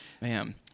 man